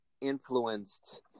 influenced